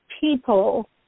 people